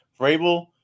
Vrabel